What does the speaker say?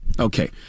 Okay